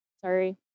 Sorry